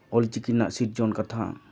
ᱚᱞᱪᱤᱠᱤ ᱨᱮᱱᱟᱜ ᱥᱤᱨᱡᱚᱱ ᱠᱟᱛᱷᱟ